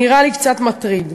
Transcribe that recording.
נראה לי קצת מטריד.